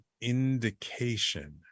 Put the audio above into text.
indication